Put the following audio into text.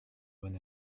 when